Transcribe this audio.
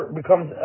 becomes